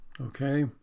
okay